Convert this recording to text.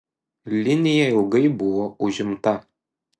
linija ilgai buvo užimta